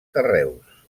carreus